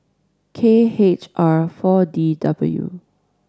K H R Four D W